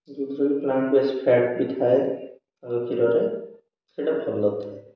ଯେଉଁଥିରେ plant base fat ବିି ଥାଏ ତାଙ୍କ କ୍ଷୀରରେ ସେଇଟା ଭଲ ଥାଏ